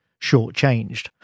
shortchanged